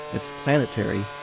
it is planetary